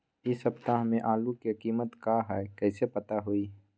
इ सप्ताह में आलू के कीमत का है कईसे पता होई?